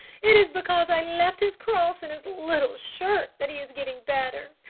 it is because i left his cross in his little shirt that he is getting better,